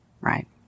right